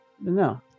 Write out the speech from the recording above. No